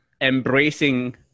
embracing